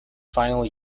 final